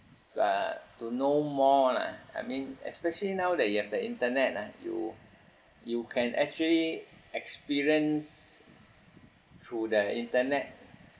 uh to know more lah I mean especially now that you have the internet ah you you can actually experience through the internet